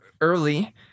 early